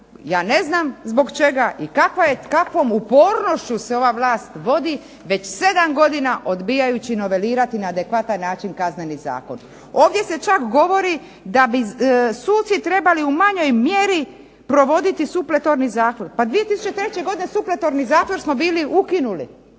ja ne znam zbog čega i kakvom upornošću se ova vlast vodi, već 7 godina odbijajući novelirati na adekvatan način Kazneni zakon. Ovdje se čak govori da bi suci trebali u manjoj mjeri provoditi supletorni zatvor. Pa 2003. godine supletorni zatvor smo bili ukinuli.